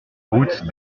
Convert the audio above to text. route